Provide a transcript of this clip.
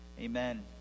Amen